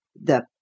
The